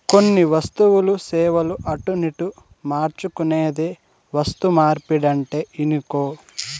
కొన్ని వస్తువులు, సేవలు అటునిటు మార్చుకునేదే వస్తుమార్పిడంటే ఇనుకో